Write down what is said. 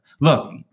Look